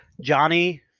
johnny